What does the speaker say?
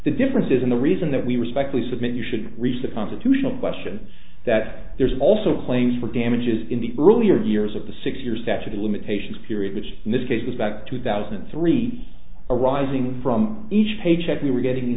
the difference isn't the reason that we respectfully submit you should reach the constitutional question that there's also a claim for damages in the earlier years of the six year statute of limitations period which in this case was about two thousand three arising from each paycheck we were getting